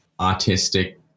artistic